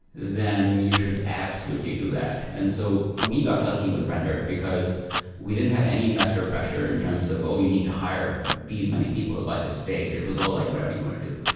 then you should absolutely do that. and so we got lucky with render, because we didn't have any investor pressure in terms of, oh, you need to hire these many people by this date. it was all like whatever you want to do.